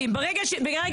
לא,